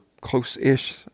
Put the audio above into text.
close-ish